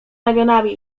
ramionami